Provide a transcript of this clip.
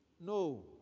no